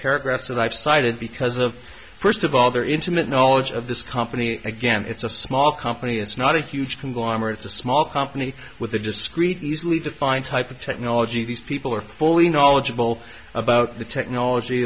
paragraphs that i've cited because of first of all their intimate knowledge of this company again it's a small company it's not a huge conglomerates a small company with a discrete easily defined type of technology these people are fully knowledgeable about the technology